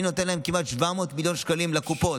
אני נותן להם כמעט 700 מיליון שקלים לקופות,